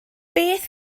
beth